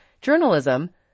journalism